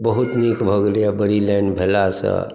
बहुत नीक भऽ गेलैया बड़ी लाइन भेलासँ